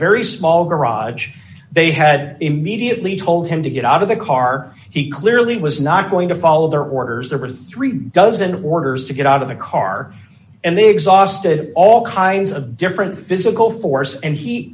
very small garage they had immediately told him to get out of the car he clearly was not going to follow their orders there were three dozen orders to get out of the car and they exhausted all kinds of different physical force and he